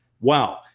wow